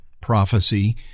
prophecy